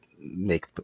make